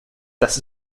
das